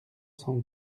cent